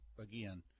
again